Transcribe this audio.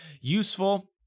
useful